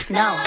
no